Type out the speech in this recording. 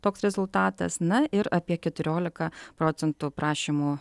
toks rezultatas na ir apie keturiolika procentų prašymų